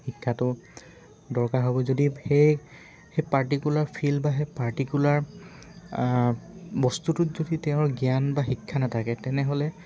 শিক্ষাটো দৰকাৰ হ'ব যদি সেই সেই পাৰ্টিকুলাৰ ফিল্ড বা সেই পাৰ্টিকুলাৰ বস্তুটোত যদি তেওঁৰ জ্ঞান বা শিক্ষা নাথাকে তেনেহ'লে